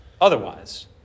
otherwise